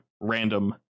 random